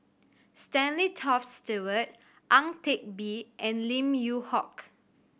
Stanley Toft Stewart Ang Teck Bee and Lim Yew Hock